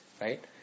right